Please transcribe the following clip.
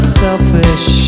selfish